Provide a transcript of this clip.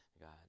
God